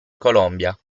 colombia